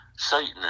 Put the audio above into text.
Satan